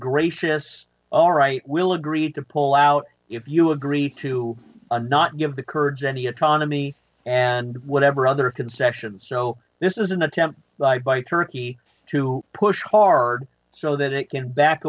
gracious alright we'll agree to pull out if you agree to not give the kurds any autonomy and whatever other concessions so this is an attempt by turkey to push hard so that it can back